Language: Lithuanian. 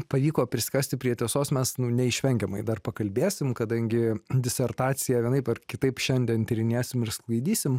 pavyko prisikasti prie tiesos mes nu neišvengiamai dar pakalbėsim kadangi disertaciją vienaip ar kitaip šiandien tyrinėsim ir sklaidysim